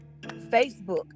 Facebook